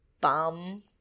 bum